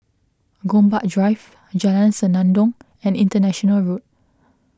Gombak Drive Jalan Senandong and International Road